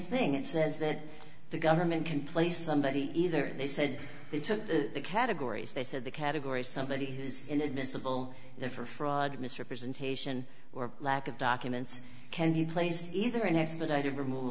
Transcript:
thing it says that the government can play somebody either they said they took the categories they said the category somebody who is inadmissible there for fraud misrepresentation or lack of documents can be placed either an expedited remov